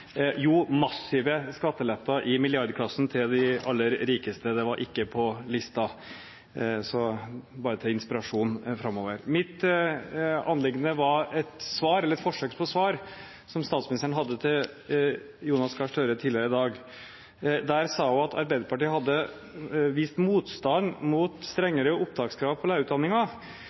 massive skatteletter i milliardklassen til de aller rikeste». Det var ikke på listen, bare til inspirasjon framover. Mitt anliggende var et forsøk på et svar som statsministeren hadde til Jonas Gahr Støre tidligere i dag. Der sa hun at Arbeiderpartiet hadde vist motstand mot strengere opptakskrav på